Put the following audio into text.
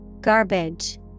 Garbage